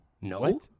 No